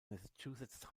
massachusetts